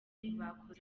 bakoze